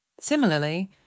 Similarly